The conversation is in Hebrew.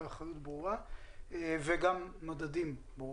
אחריות ברורה ומדדים ברורים.